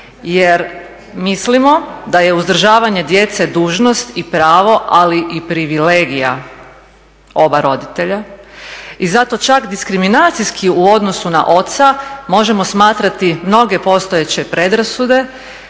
Jer mislimo da je uzdržavanje djece dužnost i pravo ali i privilegija oba roditelja i zato čak diskriminacijski u odnosu na oca možemo smatrati mnoge postojeće predrasude